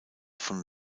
von